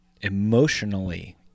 emotionally